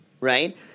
right